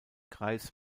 kreis